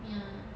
ya